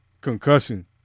Concussion